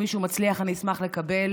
אם מישהו מצליח, אני אשמח לקבל.